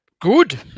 Good